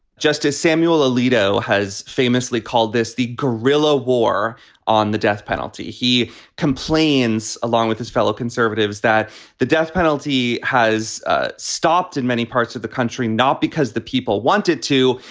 justice samuel alito has famously called this the guerrilla war on the death penalty. he complains, along with his fellow conservatives, that the death penalty has ah stopped in many parts of the country, not because the people want it to,